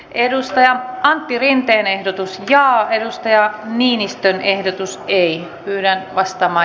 edustajan abirinteen ehdotus ja edustajaa niinistön ehdotus ei yhden ostama